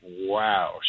wow